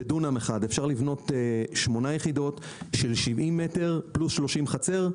בדונם אחד אפשר לבנות 8 יחידות של 70 מטר פלוס 30 חצר,